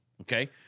Okay